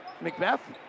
Macbeth